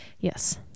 Yes